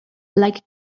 like